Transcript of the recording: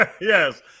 Yes